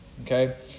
okay